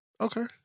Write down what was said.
Okay